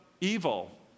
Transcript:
evil